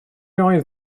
oedd